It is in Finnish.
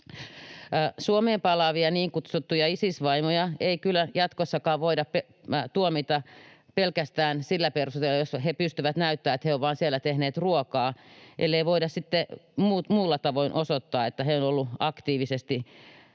Suomeen palaavia niin kutsuttuja Isis-vaimoja ei kyllä jatkossakaan voida tuomita pelkästään sillä perusteella, jos he pystyvät näyttämään, että he ovat siellä vain tehneet ruokaa, ellei voida sitten muulla tavoin osoittaa, että he ovat olleet aktiivisesti